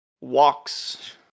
walks